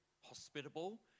hospitable